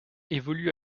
évolue